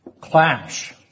clash